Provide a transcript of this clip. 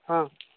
ହଁ